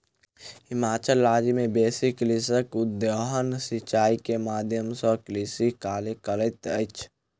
हिमाचल राज्य मे बेसी कृषक उद्वहन सिचाई के माध्यम सॅ कृषि कार्य करैत अछि